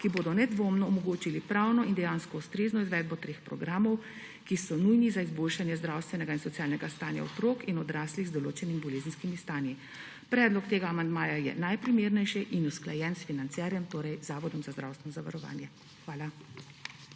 ki bodo nedvomno omogočili pravno in dejansko ustrezno izvedbo treh programov, ki so nujni za izboljšanje zdravstvenega in socialnega stanja otrok in odraslih z določenimi bolezenskimi stanji. Predlog tega amandmaja je najprimernejši in usklajen s financerjem, torej z Zavodom za zdravstveno zavarovanje. Hvala.